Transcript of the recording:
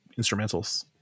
instrumentals